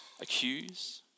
accuse